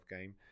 game